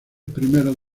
primeros